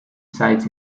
sides